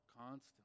constantly